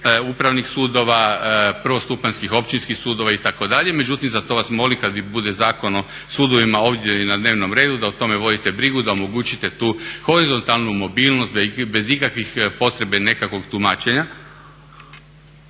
upravnih sudova, prvostupanjskih općinskih sudova itd. Međutim, za to vas molim kad bude Zakon o sudovima ovdje i na dnevnom redu da o tome vodite brigu, da omogućite tu horizontalnu mobilnost, da ih bez ikakvih potrebe nekakvog tumačenja